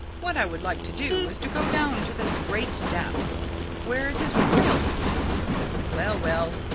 what i would like to do is to go down to the great depths where it is miles deep well, well,